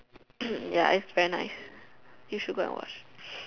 ya is very nice you should go and watch